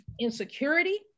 insecurity